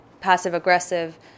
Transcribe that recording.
passive-aggressive